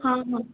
ହଁ ହଁ